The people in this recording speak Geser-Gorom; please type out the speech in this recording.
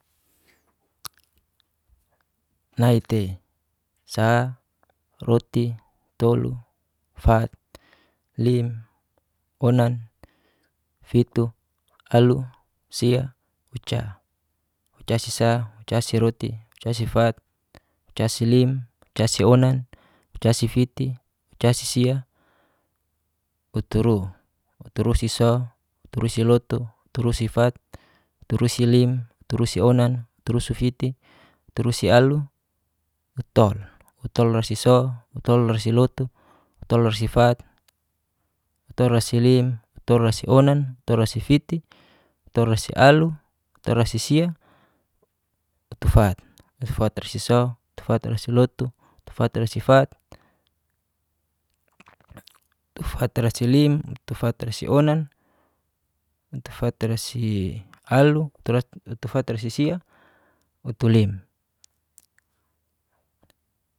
Nai tei sa, roti, tolu, fat, lim, onan, fitu, alu, sia, uca, ucasi sa, ucasi lotu, ucasi fat, ucasi lim, ucasi onan, ucasi fiti. ucasi alu, ucasi sia, ucasi uta. uturu, uturusi so, uturusi rotu, uturusi fat, uturusi lim, uturusi onan, uturusi fiti, uturusi alu. utol. utolrosi so, utolrosi lotu, utolrosi fat, utolrosi lim, utolrosi onan, utolrosi fiti, utolrosi alu, utolrosi sia, utufat, utufatroti so, utufatroti lotu, utufatrosi fat, utufatrosi lim, utufatrosi onan, utufatrosi fiti. utufatrosi alu, utufatrosi sia, utulim.